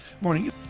morning